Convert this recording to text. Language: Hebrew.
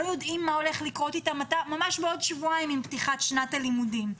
יודעים מה הולך לקרות אתם ממש בעוד שבועיים עם פתיחת שנת הלימודים.